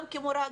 גם כמורה,